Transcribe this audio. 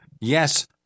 yes